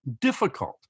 difficult